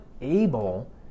able